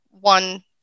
one